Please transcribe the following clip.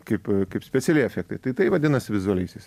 kaip kaip specialieji efektai tai tai vadinasi vizualiaisiais